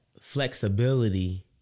flexibility